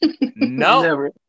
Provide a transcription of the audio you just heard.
No